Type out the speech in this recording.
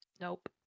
Nope